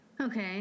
Okay